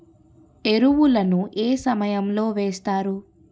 ఎరువుల ను ఏ సమయం లో వేస్తారు?